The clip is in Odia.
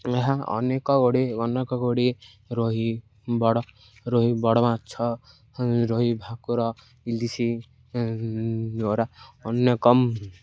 ଏହା ଅନେକ ଗୁଡ଼ି ଅନେକଗୁଡ଼ିଏ ରୋହି ବଡ଼ ରୋହି ବଡ଼ ମାଛ ରୋହି ଭାକୁର ଇଲିଶି ଗରା ଅନେକ